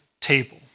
table